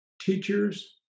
teachers